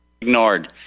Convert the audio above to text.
ignored